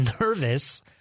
nervous